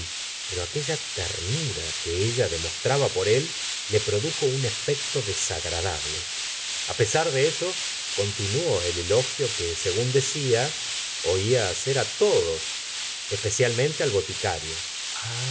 pero aquella ternura que ella demostraba por el le produjo un efecto desagradable a pesar de eso continuó el elogio que según decía oía hacer á todos especialmente al boticario gh